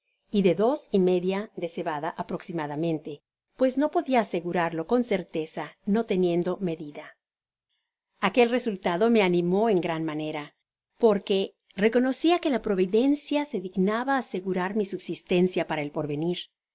y de dos y media ei de cebada aproximadamente pues no podia asegurarlo en certeza no teniendo medida aquel resultado me animó en gran manera porque meo ocia que la providencia se dignaba asegurar mi subsistencia para el porvenir